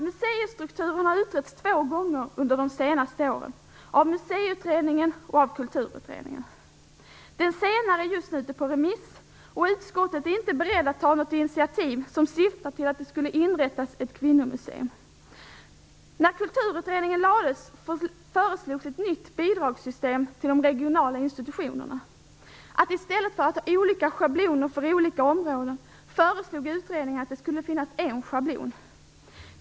Museistrukturen har utretts två gånger under de senaste åren. Av Museiutredningen och av Kulturutredningen. Den senare är just nu ute på remiss, och utskottet är inte berett att ta något initiativ som syftar till inrättandet av ett kvinnomuseum. När Kulturutredningen lade fram sitt betänkande föreslogs ett nytt bidragssystem till de regionala institutionerna. I stället för att ha olika schabloner för olika områden föreslog utredningen att det skulle finnas en schablon.